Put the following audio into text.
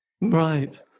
Right